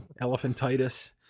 Elephantitis